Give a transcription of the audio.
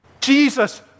Jesus